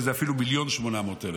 כי זה מבוסס על המגילה הזאת.